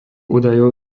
údajov